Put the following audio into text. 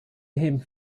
him